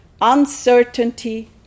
Uncertainty